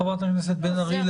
חברת הכנסת בן ארי,